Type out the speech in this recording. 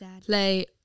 play